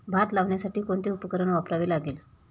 भात लावण्यासाठी कोणते उपकरण वापरावे लागेल?